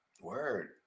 Word